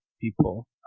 people